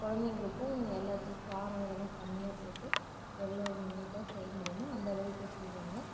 குழந்தைங்களுக்கும் எல்லாத்துக்கும் காரம் இதெல்லாம் கம்மியாக போட்டு எவ்வளோ நீட்டாக செய்ய முடியுமோ அந்தளவுக்கு செய்வோங்க